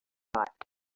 thought